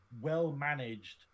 well-managed